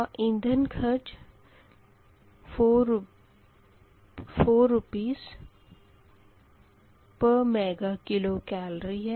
और ईंधन खर्च 4 रुपए प्रति मेगा किलो केलोरी है